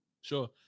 sure